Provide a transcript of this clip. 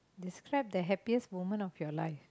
describe the happiest moment of your life